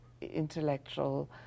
intellectual